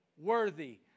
worthy